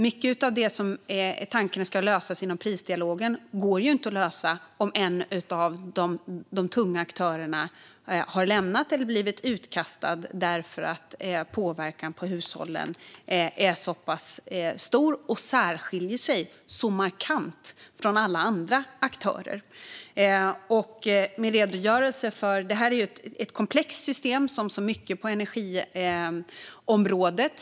Mycket av det som är tänkt att lösas genom Prisdialogen går ju inte att lösa om en av de tunga aktörerna har lämnat den eller blivit utkastad för att aktörens påverkan på hushållen är så pass stor och skiljer sig så markant från alla andra aktörers agerande. Detta är ett komplext system, som så mycket på energiområdet.